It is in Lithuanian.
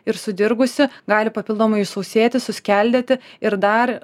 ir sudirgusi gali papildomai išsausėti suskeldėti ir dar